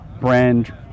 brand